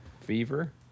Fever